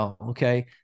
okay